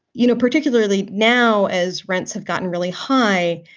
you know, particularly now as rents have gotten really high,